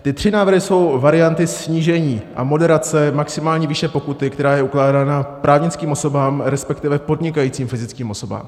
Ty tři návrhy jsou varianty snížení a moderace maximální výše pokuty, která je ukládána právnickým osobám, resp. podnikajícím fyzickým osobám.